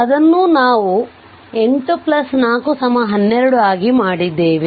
ಅದನ್ನೂ ನಾವು 8 4 12 ಆಗಿ ಮಾಡಿದ್ದೇವೆ